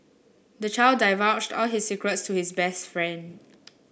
the child divulged all his secrets to his best friend